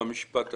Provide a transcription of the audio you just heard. במשפט השני.